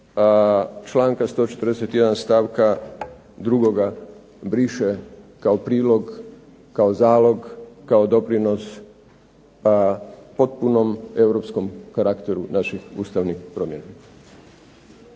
članka 141., stavka 2. briše kao prilog, kao zalog, kao doprinos ka potpunom europskom karakteru naših ustavnih promjena.